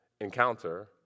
encounter